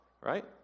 right